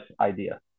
idea